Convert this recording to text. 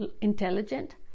intelligent